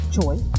choice